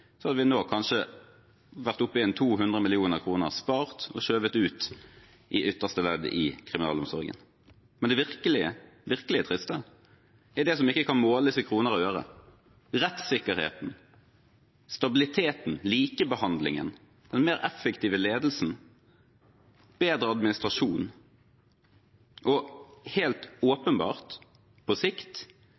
hadde vi nå kanskje vært oppe i 200 mill. kr spart og skjøvet ut i ytterste ledd i kriminalomsorgen. Men det virkelig triste er det som ikke kan måles i kroner og øre: rettssikkerheten, stabiliteten, likebehandlingen, den mer effektive ledelsen, bedre administrasjon og helt åpenbart på sikt